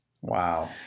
Wow